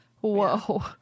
Whoa